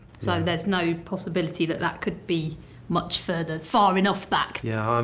so there's no possibility that that could be much further. far enough back. yeah,